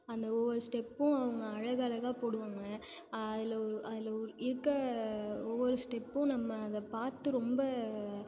அந்த ஒவ்வொரு ஸ்டெப்பும் அவங்க அழகழகாக போடுவாங்க அதில் ஒ அதில் ஒரு இருக்கற ஒவ்வொரு ஸ்டெப்பும் நம்ம அதை பார்த்து ரொம்ப